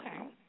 Okay